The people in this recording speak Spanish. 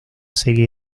serie